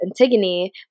Antigone